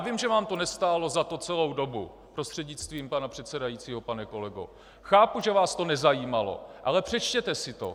Vím, že vám to nestálo za to celou dobu, prostřednictvím pana předsedajícího, pane kolego, chápu vás, že vás to nezajímalo, ale přečtěte si to.